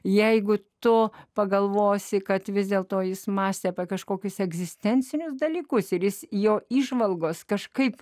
jeigu tu pagalvosi kad vis dėl to jis mąstė apie kažkokius egzistencinius dalykus ir jis jo įžvalgos kažkaip